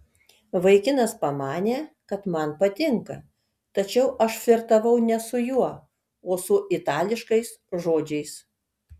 vaikinas pamanė kad man patinka tačiau aš flirtavau ne su juo o su itališkais žodžiais